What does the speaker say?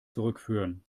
zurückführen